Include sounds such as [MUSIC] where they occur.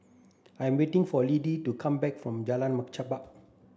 I'm waiting for Liddie to come back from Jalan Machang [UNINTELLIGIBLE]